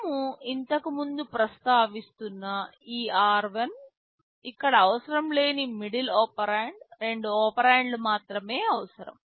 మనము ఇంతకుముందు ప్రస్తావిస్తున్న ఈ r1 ఇక్కడ అవసరం లేని మిడిల్ ఒపెరాండ్ రెండు ఒపెరాండ్లు మాత్రమే అవసరం